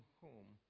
home